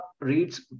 reads